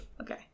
Okay